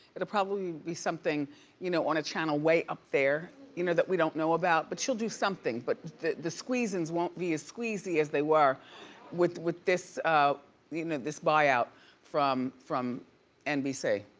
it'll probably be something you know on a channel way up there you know that we don't know about, but she'll do something but the the squeeze-ins won't be a squeezy as they were with with this you know this buyout from from nbc.